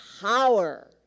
power